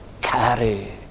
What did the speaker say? carry